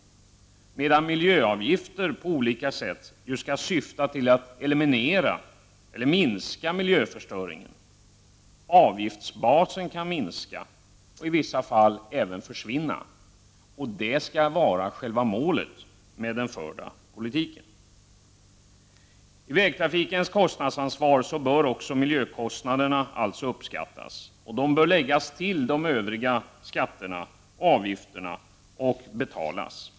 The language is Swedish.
Syftet med miljöavgifter däremot skall vara att på olika sätt eliminera risken för eller minska miljöförstöringen. Avgiftsbasen kan minska och i vissa fall även försvinna. Det skall vara själva målet när det gäller den förda politiken. I fråga om vägtrafikens kostnadsansvar bör alltså miljökostnaderna också uppskattas. Dessa bör läggas till övriga skatter, avgifter, och betalas.